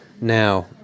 Now